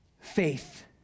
faith